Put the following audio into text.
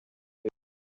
vida